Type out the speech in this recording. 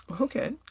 Okay